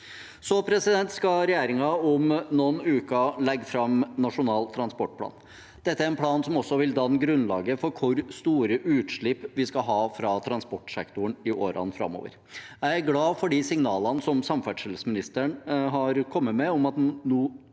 bedriver. Regjeringen skal om noen uker legge fram Nasjonal transportplan. Dette er en plan som også vil danne grunnlaget for hvor store utslipp vi skal ha fra transportsektoren i årene framover. Jeg er glad for de signalene samferdselsministeren har kommet med, om at man nå